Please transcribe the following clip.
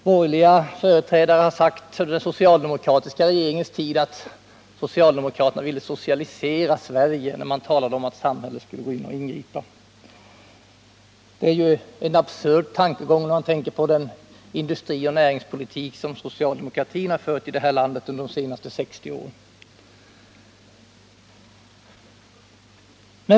Borgerliga företrädare har under den socialdemokratiska regeringens tid sagt att socialdemokraterna ville socialisera Sverige när samhället skulle ingripa. Det är en absurd tankegång när man ser på den industrioch näringspolitik som socialdemokratin fört i det här landet under de senaste 60 åren.